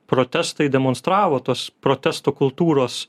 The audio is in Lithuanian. protestai demonstravo tos protesto kultūros